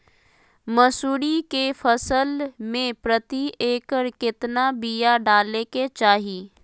मसूरी के फसल में प्रति एकड़ केतना बिया डाले के चाही?